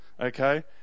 Okay